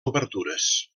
obertures